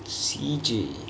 C_J